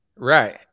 right